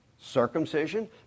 circumcision